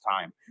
time